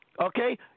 Okay